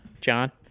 john